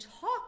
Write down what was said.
talk